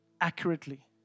accurately